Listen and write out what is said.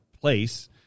place